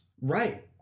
Right